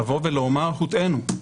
לבוא ולומר: הוטעינו.